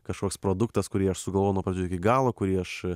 kažkoks produktas kurį aš sugalvojau nuo pradžių iki galo kurį aš